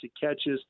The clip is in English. catches